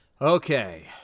Okay